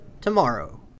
tomorrow